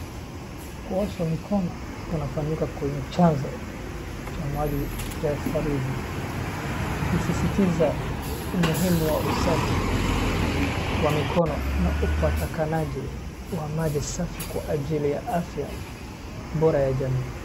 Kuosha mikono kunafanyika kwenye chanzo cha maji cha saruji, kukisisitiza umuhimu wa usafi wa mikono na upatikanaji wa maji safi kwa ajili ya afya bora ya jamii.